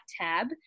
tab